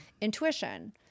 Intuition